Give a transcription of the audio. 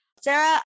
Sarah